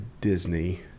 Disney